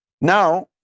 Now